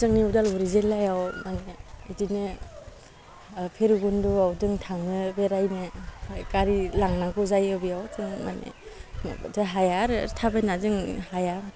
जोंनि उदालगुरि जिल्लायाव माने बिदिनो फिरबुन्दुवाव जों थाङो बेरायनो ओमफ्राय गारि लांनांगौ जायो बेयाव जों माने नङाबाथाय हाया आरो थाबायना जों हाया